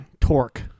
Torque